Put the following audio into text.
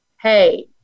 hey